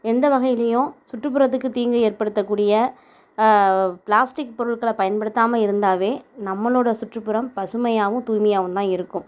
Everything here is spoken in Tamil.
எந்த வகையிலையும் சுற்றுப்புறத்துக்கு தீங்கு ஏற்படுத்த கூடிய பிளாஸ்டிக் பொருள்களை பயன்படுத்தாமல் இருந்தாவே நம்மளோட சுற்றுப்புறம் பசுமையாகவும் தூய்மையாகவுந்தான் இருக்கும்